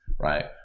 Right